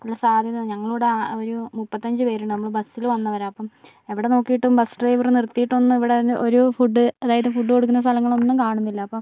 ഉള്ള സാധ്യത ഞങ്ങളോട് അവര് മുപ്പത്തഞ്ചു പേരുണ്ട് നമ്മള് ബസില് വന്നവരാ അപ്പം എവിടെ നോക്കിട്ടും ബസ് ഡ്രൈവറു നിർത്തിട്ടൊന്നും ഇവിടെ ഒരു ഫുഡ് അതായത് ഫുഡ് കൊടുക്കുന്ന സ്ഥലങ്ങളൊന്നും കാണുന്നില്ല അപ്പം